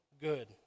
good